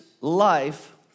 life